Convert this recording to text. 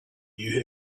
you